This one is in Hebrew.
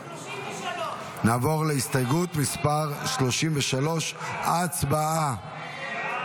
33. נעבור להסתייגות מס' 33. הצבעה.